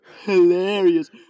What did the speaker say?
hilarious